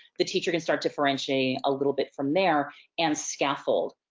the teacher can start differentiating, a little bit from there and scaffold,